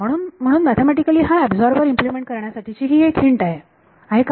म्हणून म्हणून मॅथेमॅटिकलि हा एबझोर्बर इम्प्लिमेंट करण्यासाठीची ही हिंट आहे का